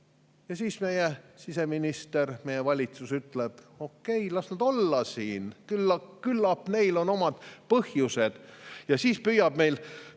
Siis meie siseminister, meie valitsus ütleb: okei, las nad olla siin, küllap neil on omad põhjused. Ja siis püüab